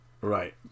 Right